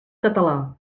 català